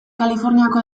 kaliforniako